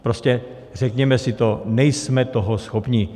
Prostě řekněme si to, nejsme toho schopni.